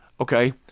Okay